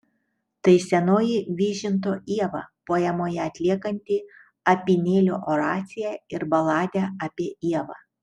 tai senoji vyžinto ieva poemoje atliekanti apynėlio oraciją ir baladę apie ievą